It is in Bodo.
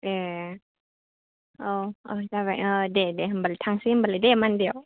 ए औ औ जाबाय दे दे होनबालाय थांनोसै दे होनबालाय मानदे आव